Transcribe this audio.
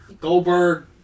Goldberg